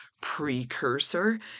precursor